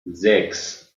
sechs